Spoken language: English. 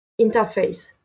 interface